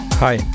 Hi